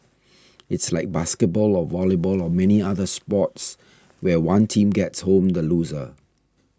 it's like basketball or volleyball or many other sports where one team gets home the loser